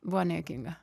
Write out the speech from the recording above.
buvo niekinga